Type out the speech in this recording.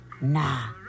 Nah